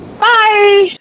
Bye